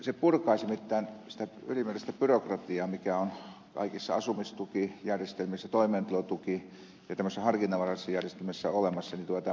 tämä purkaisi nimittäin sitä ylimääräistä byrokratiaa mikä on kaikissa asumistukijärjestelmissä toimeentulotuki ja tämmöisissä harkinnanvaraisissa järjestelmissä olemassa tämä helpottaisi huomattavasti